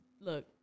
Look